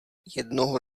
jednoho